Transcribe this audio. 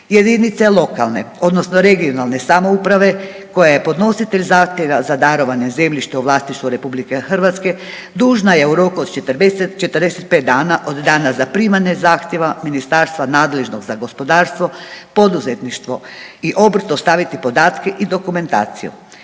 Jedinice lokalne odnosno regionalne samouprave koja je podnositelj zahtjeva za darovanje zemljišta u vlasništvu RH dužna je u roku od 40, 45 dana od dana zaprimanja zahtjeva ministarstva nadležnog za gospodarstvo, poduzetništvo i obrt dostaviti podatke i dokumentaciju.